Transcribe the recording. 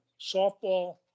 softball